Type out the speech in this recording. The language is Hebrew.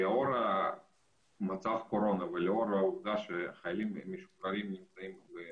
אבל לרוב כל המידע מוצג בעברית והעולים מתקשים לממש את הזכויות